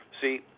See